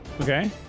Okay